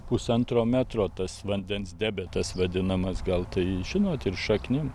pusantro metro tas vandens debetas vadinamas gal tai žinot ir šaknim